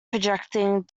projecting